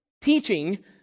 teaching